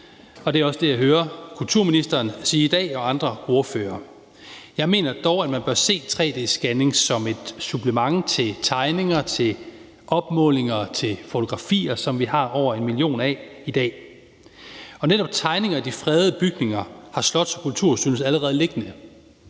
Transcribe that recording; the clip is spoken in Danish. og det er også det, jeg hører kulturministeren og andre ordførere sige i dag. Jeg mener dog, at man bør se 3D-scanning som et supplement til tegninger, til fotografier, som vi har over en million af i dag. Netop tegninger af de fredede bygninger har Slots- og Kulturstyrelsen allerede liggende,